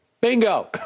Bingo